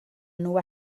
nhw